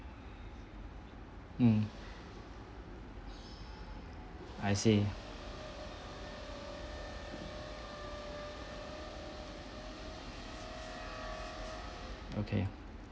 mm I see okay